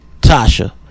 Tasha